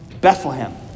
Bethlehem